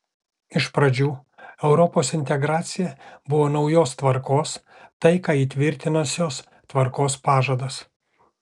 iš pradžių europos integracija buvo naujos tvarkos taiką įtvirtinusios tvarkos pažadas